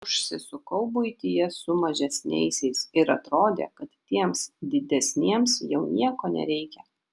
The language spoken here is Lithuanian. užsisukau buityje su mažesniaisiais ir atrodė kad tiems didesniems jau nieko nereikia